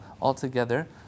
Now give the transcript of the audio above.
Altogether